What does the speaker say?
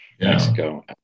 Mexico